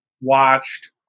watched